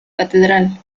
catedral